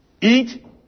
Eat